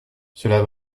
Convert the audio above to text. cela